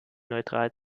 neutral